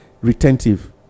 retentive